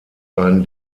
einen